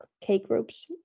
K-Group's